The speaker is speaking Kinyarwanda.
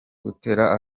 gutereta